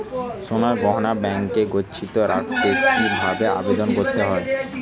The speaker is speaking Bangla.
সোনার গহনা ব্যাংকে গচ্ছিত রাখতে কি ভাবে আবেদন করতে হয়?